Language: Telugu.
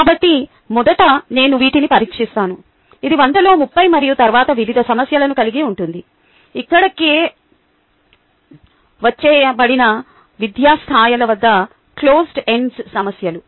కాబట్టి నేను మొదట వీటిని పరీక్షిస్తాను ఇది వందలో 30 మరియు తరువాత వివిధ సమస్యలను కలిగి ఉంటుంది ఇక్కడ కవర్ చేయబడిన వివిధ స్థాయిల వద్ద క్లోజ్డ్ ఎండ్ సమస్యలు